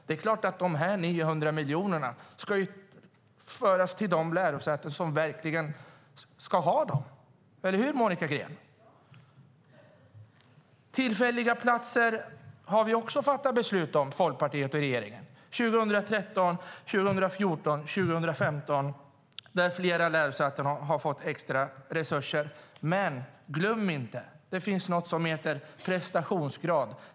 Det är klart att dessa 900 miljoner ska föras till de lärosäten som verkligen ska ha dem. Eller hur, Monica Green? Tillfälliga platser har Folkpartiet och regeringen också fattat beslut om. Flera lärosäten får extra resurser 2013, 2014 och 2015. Men glöm inte att det finns något som heter prestationsgrad.